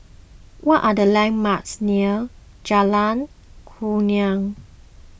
what are the landmarks near Jalan Kurnia